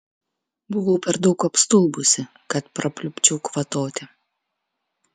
buvau per daug apstulbusi kad prapliupčiau kvatoti